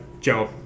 Joe